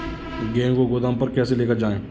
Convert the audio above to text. गेहूँ को गोदाम पर कैसे लेकर जाएँ?